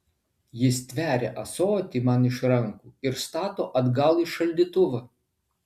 ji stveria ąsotį man iš rankų ir stato atgal į šaldytuvą